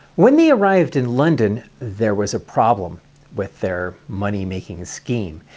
when they arrived in london, there was a problem with their money-making scheme,